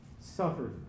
suffered